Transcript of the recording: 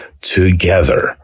together